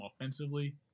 offensively